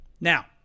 Now